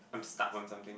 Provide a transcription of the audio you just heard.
I'm stuck on something